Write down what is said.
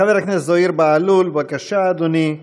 חבר הכנסת זוהיר בהלול, בבקשה, אדוני.